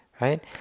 Right